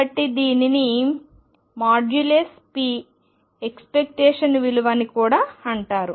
కాబట్టి దీనిని ⟨p⟩ expectation విలువ అని కూడా అంటారు